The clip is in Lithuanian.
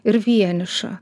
ir vienišą